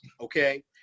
okay